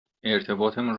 ارتباطمون